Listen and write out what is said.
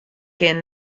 kin